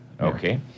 Okay